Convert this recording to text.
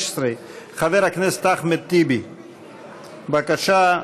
חברי הכנסת, בעד, 31,